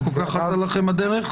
כל כך אצה לכם הדרך?